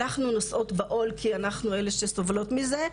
אנחנו נושאות בעול כי אנחנו אלה שסובלות מזה,